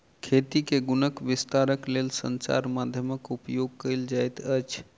खेती के गुणक विस्तारक लेल संचार माध्यमक उपयोग कयल जाइत अछि